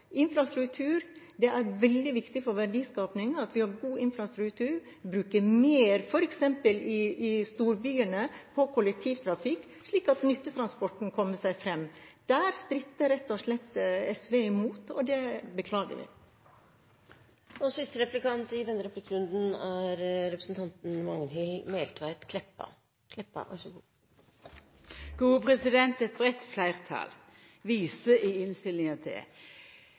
infrastruktur – det er veldig viktig for verdiskapingen at vi har god infrastruktur – og vi vil bruke mer f.eks. i storbyene på kollektivtrafikk, slik at nyttetransporten kommer seg fram. Der stritter rett og slett SV imot, og det beklager vi. Eit breitt fleirtal viser i innstillinga til